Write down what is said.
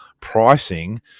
pricing